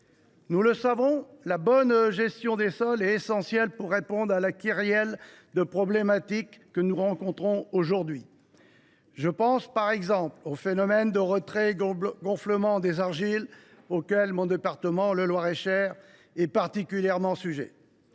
Nous le savons, la bonne gestion des sols est essentielle pour répondre à la kyrielle de problèmes que nous rencontrons aujourd’hui. Je pense, par exemple, au phénomène de retrait gonflement des argiles, auquel mon département, le Loir et Cher, est particulièrement sujet.